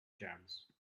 jams